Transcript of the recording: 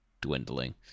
dwindling